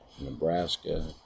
Nebraska